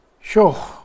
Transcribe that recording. sure